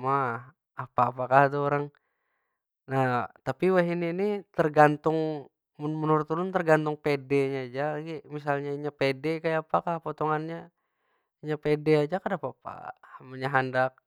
uma, apa- apa kah tu urang. Nah tapi wahini ni tergantung, mun menurut ulun tergantung pedenya ja lagi. Misalnya inya pede, kayapa kah potongannya. Munnya pede aja kadapapa ha. Munnya handak.